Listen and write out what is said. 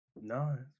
no